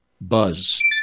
buzz